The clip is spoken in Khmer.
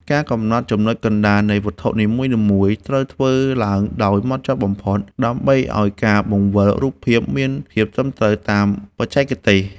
ការកំណត់ចំណុចកណ្តាលនៃវត្ថុនីមួយៗត្រូវធ្វើឡើងដោយហ្មត់ចត់បំផុត ដើម្បីឱ្យការបង្វិលរូបភាពមានភាពត្រឹមត្រូវតាមបច្ចេកទេស។